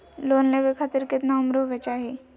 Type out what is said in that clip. Loan लेवे खातिर केतना उम्र होवे चाही?